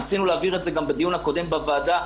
ניסינו להעביר את זה גם בדיון הקודם בוועדה.